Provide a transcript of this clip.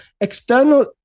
external